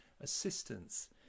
assistance